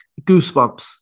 goosebumps